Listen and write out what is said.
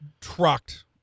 trucked